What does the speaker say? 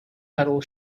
metal